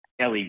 LED